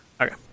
okay